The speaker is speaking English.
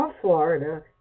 Florida